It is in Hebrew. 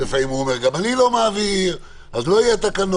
לפעמים הוא אומר שגם הוא לא מעביר ולא יהיו תקנות.